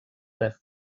una